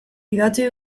idatzi